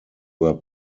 were